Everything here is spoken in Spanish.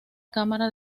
cámara